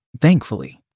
Thankfully